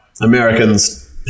Americans